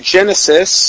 Genesis